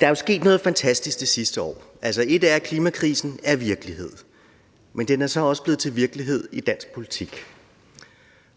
Der er jo sket noget fantastisk det sidste år. Altså, ét er, at klimakrisen er virkelighed, men noget andet er, at den så også er blevet til virkelighed i dansk politik.